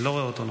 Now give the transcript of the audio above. לא רואה אותו.